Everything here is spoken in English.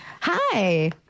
Hi